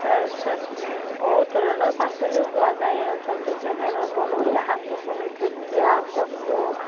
তাৰ পিছত বহুত ধৰণৰ পাচলিও পোৱা যায় এই অঞ্চলটোত যেনে ধৰক বনৰীয়া শাক পাচলি ঢেঁকীয়া কচু